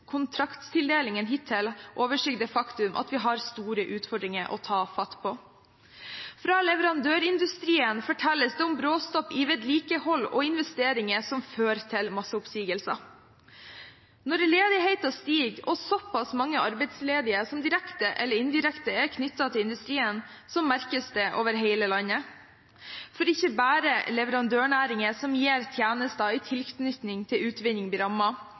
kontraktstildelingen hittil overskygge det faktum at vi har store utfordringer å ta fatt på. Fra leverandørindustrien fortelles det om bråstopp i vedlikehold og investeringer, som fører til masseoppsigelser. Når ledigheten stiger og det er såpass mange arbeidsledige som direkte eller indirekte er knyttet til industrien, merkes det over hele landet, for ikke bare leverandørnæringer som gir tjenester i tilknytning til utvinning